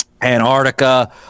Antarctica